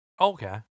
Okay